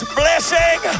blessing